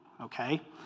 okay